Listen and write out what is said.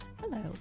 Hello